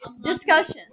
Discussion